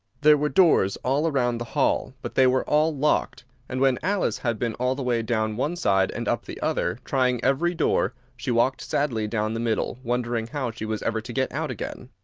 there were doors all round the hall, but they were all locked and when alice had been all the way down one side and up the other, trying every door, she walked sadly down the middle, wondering how she was ever to get out again.